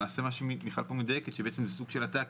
למעשה מיכל מדייקת פה שזה סוג של הטעיה,